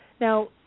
now